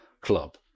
club